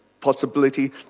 possibility